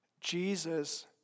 Jesus